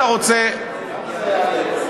כמה זה יעלה?